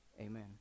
amen